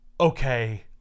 okay